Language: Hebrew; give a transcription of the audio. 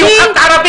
כי הוא ח"כ ערבי.